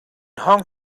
hong